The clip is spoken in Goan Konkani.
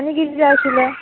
आनी किदें जाय आशिल्लें